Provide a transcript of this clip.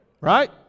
Right